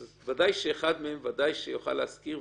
אז בוודאי שאחד מהם יוכל להזכיר.